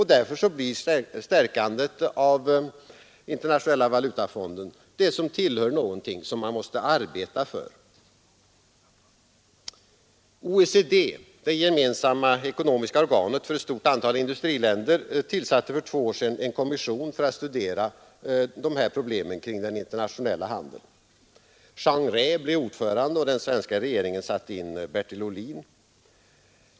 Därför blir stärkandet av Internationella valutafonden ändå något som man bör arbeta för. OECD, det gemensamma ekonomiska organet för ett stort antal industriländer, tillsatte för två år sedan en kommission för att studera problem rörande den internationella handeln. Jean Rey blev ordförande, och den svenska regeringen satte in Bertil Ohlin.